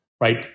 right